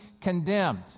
condemned